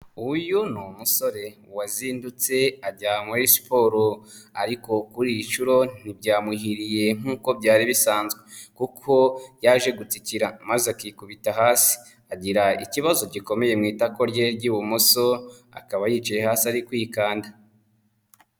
Uyu ni umusore wazindutse ajya muri siporo, ariko kuri iyi nshuro ntibyamuhiriye nk'uko byari bisanzwe, kuko yaje gutsikira maze akikubita hasi, agira ikibazo gikomeye mu itako rye ry'ibumoso, akaba yicaye hasi ari kwikanda.